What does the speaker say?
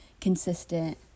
consistent